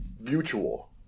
mutual